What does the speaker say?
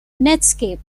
netscape